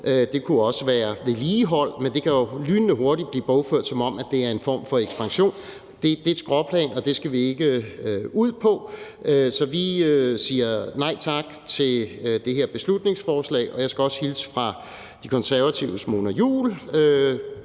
det kunne også være vedligehold, men det kunne jo lynhurtigt blive bogført, som om det var en form for ekspansion. Så vi siger nej tak til det her beslutningsforslag. Og jeg skal også hilse fra De Konservatives fru Mona Juul